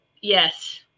Yes